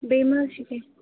بیٚیہِ ما حظ چھُ کیٚنٛہہ